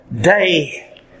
day